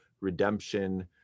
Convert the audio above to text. redemption